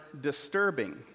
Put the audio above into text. disturbing